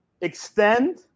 extend